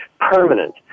permanent